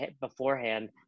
beforehand